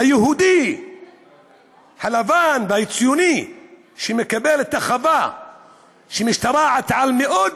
ליהודי הלבן והציוני שמקבל את החווה שמשתרעת על מאות